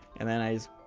and and i just